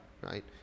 right